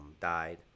died